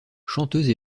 chanteuse